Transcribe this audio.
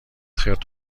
خرت